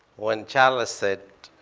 when charles said,